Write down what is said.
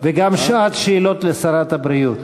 וגם שעת שאלות לשרת הבריאות.